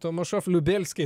tomašof liubelsky